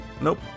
Nope